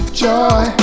joy